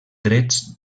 drets